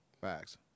Facts